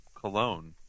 cologne